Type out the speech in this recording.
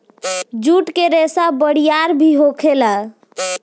जुट के रेसा बरियार भी होखेला